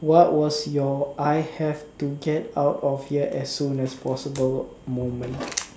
what was your I have to get out of here as soon as possible moment